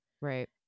Right